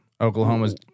Oklahoma's